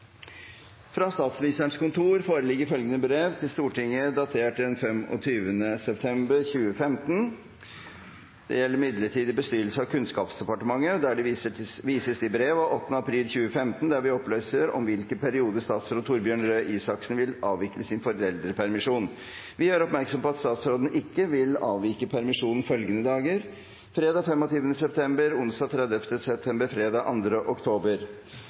Fra Statsministerens kontor foreligger følgende brev til Stortinget datert 25. september 2015: «Midlertidig bestyrelse av Kunnskapsdepartementet Vi viser til vårt brev av 8. april 2015 der vi opplyser om hvilke perioder statsråd Torbjørn Røe Isaksen vil avvikle foreldrepermisjon. Vi gjør oppmerksom på at statsråden ikke vil avvikle permisjon følgende dager: fredag 25. september onsdag 30. september fredag 2. oktober»